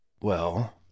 Well